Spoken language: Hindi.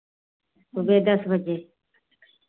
सुबह दस बजे